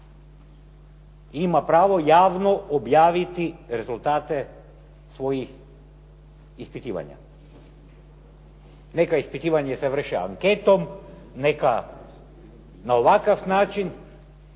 ima pravo javno objaviti rezultate svojih ispitivanja. Neka ispitivanja se vrše anketom, neka na ovakav način